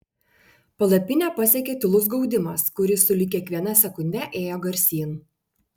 palapinę pasiekė tylus gaudimas kuris sulig kiekviena sekunde ėjo garsyn